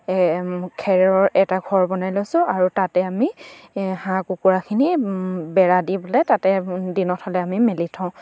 খেৰৰ এটা ঘৰ বনাই লৈছোঁ আৰু তাতে আমি হাঁহ কুকুৰাখিনি বেৰা দি বোলে তাতে দিনত হ'লে আমি মেলি থওঁ